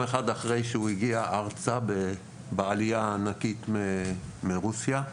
אחד אחרי שהוא הגיע ארצה בעלייה הענקית מרוסיה.